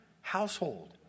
household